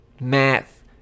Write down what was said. Math